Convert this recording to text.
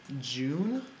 June